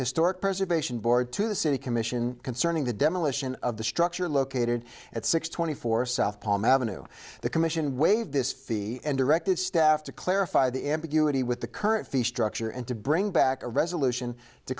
historic preservation board to the city commission concerning the demolition of the structure located at six twenty four south palm avenue the commission waived this fee and directed staff to clarify the ambiguity with the current fee structure and to bring back a resolution to